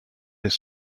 his